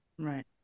Right